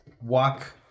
walk